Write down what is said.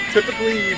Typically